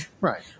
right